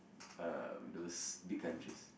uh those big countries